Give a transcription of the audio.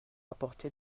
apporté